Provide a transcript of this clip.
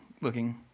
looking